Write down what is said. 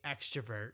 extrovert